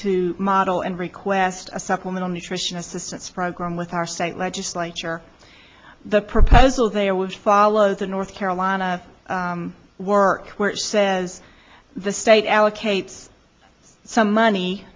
to model and request a supplemental nutrition assistance program with our site legislature the proposals there was follow the north carolina work where it says the state allocates some money